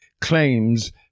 claims